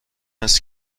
است